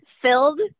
filled